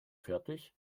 fertig